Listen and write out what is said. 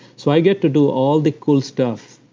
so i get to do all the cool stuff.